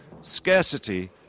Scarcity